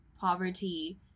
poverty